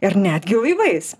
ir netgi laivais